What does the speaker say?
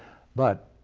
but,